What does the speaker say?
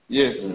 Yes